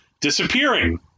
disappearing